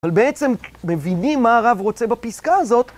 אבל בעצם, מבינים מה הרב רוצה בפסקה הזאת.